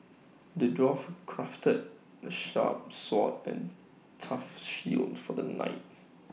the dwarf crafted A sharp sword and tough shield for the knight